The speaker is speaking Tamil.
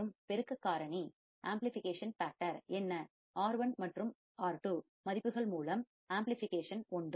மற்றும் பெருக்க காரணி ஆம்பிளிஃபிகேஷன் ஃபேக்டர் என்ன R1 மற்றும் R2 மதிப்புகள் மூலம் பெருக்கம் ஆம்பிளிஃபிகேஷன் ஒன்று